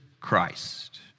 Christ